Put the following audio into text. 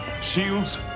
Shields